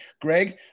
greg